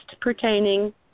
pertaining